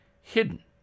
hidden